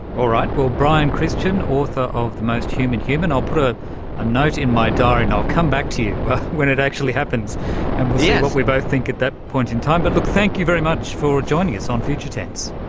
all right, well brian christian, author of the most human human, i'll put a ah note in my diary and i'll come back to you when it actually happens and we'll see yeah what we both think at that point in time. but look, thank you very much for joining us on future tense.